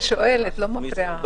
אני שואלת, לא מפריעה.